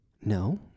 No